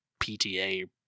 PTA